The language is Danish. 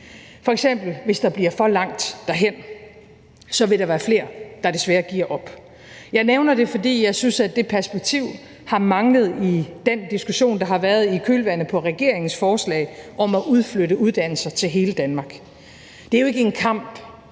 hvis der bliver for langt derhen, for så vil der være flere, der desværre giver op. Jeg nævner det, fordi jeg synes, at det perspektiv har manglet i den diskussion, der har været i kølvandet på regeringens forslag om at udflytte uddannelser til hele Danmark. Det er jo ikke en kamp